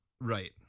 right